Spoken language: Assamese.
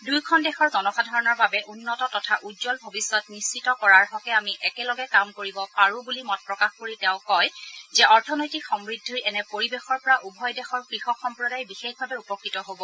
দূয়োখন দেশৰ জনসাধাৰণৰ বাবে উন্নত তথা উজ্জ্বল ভৱিষ্যত নিশ্চিত কৰাৰ হকে আমি একেলগে কাম কৰিব পাৰো বুলি মত প্ৰকাশ কৰি তেওঁ কয় যে অৰ্থনৈতিক সমূদ্ধিৰ এনে পৰিৱেশৰ পৰা উভয় দেশৰ কৃষক সম্প্ৰদায় বিশেষভাৱে উপকৃত হ'ব